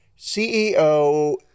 CEO